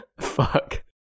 fuck